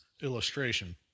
illustration